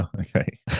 Okay